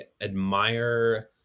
admire